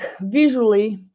visually